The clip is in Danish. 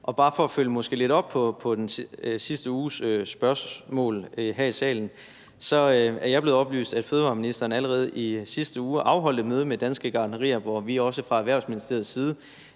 Og bare for måske at følge lidt op på sidste uges spørgsmål her i salen, er jeg blevet oplyst, at fødevareministeren allerede i sidste uge afholdt et møde med danske gartnerier, hvor vi også fra Erhvervsministeriets side